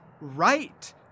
right